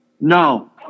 No